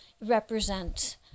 represent